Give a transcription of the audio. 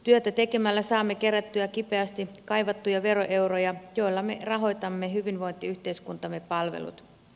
työtä tekemällä saamme kerättyä kipeästi kaivattuja veroeuroja joilla me rahoitamme hyvinvointiyhteiskuntamme palvelut